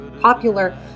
popular